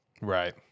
Right